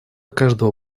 каждого